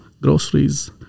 groceries